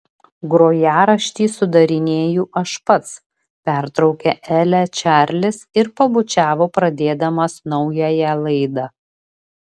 grojaraštį sudarinėju aš pats pertraukė elę čarlis ir pabučiavo pradėdamas naująją laidą